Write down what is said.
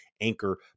Anchor